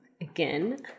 Again